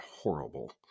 horrible